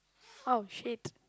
oh shit